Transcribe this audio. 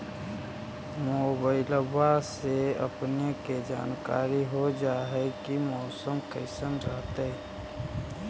मोबाईलबा से अपने के जानकारी हो जा है की मौसमा कैसन रहतय?